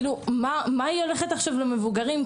מה היא הולכת עכשיו למבוגרים?